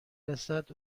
رسد